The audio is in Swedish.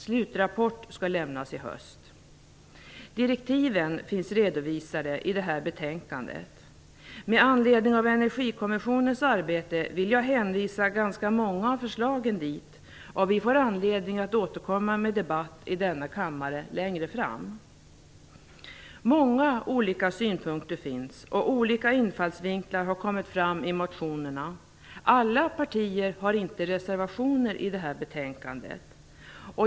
Slutrapport skall lämnas i höst. Direktiven finns redovisade i detta betänkande. Med anledning av Energikommissionens arbete vill jag hänvisa ganska många av förslagen dit, och vi får anledning att återkomma med en debatt i denna kammare längre fram. Många olika synpunkter finns och olika infallsvinklar har kommit fram i motionerna. Alla partier har inte reservationer i detta betänkande.